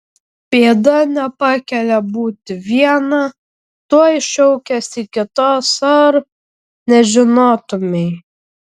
bėda nepakelia būti viena tuoj šaukiasi kitos ar nežinotumei